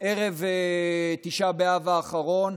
בערב תשעה באב האחרון,